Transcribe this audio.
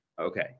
Okay